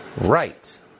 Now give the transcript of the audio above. Right